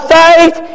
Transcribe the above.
faith